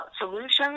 solutions